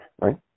right